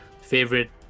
favorite